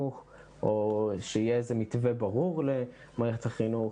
או שיהיה איזה מתווה ברור למערכת החינוך.